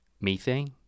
Methane